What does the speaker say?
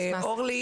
אורלי